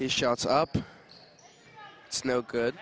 his shots up it's no good